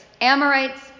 Amorites